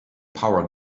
power